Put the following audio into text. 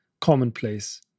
commonplace